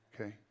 Okay